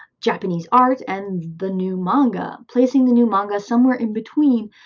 japanese art and the new manga, placing the new manga somewhere in between,